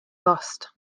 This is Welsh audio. bost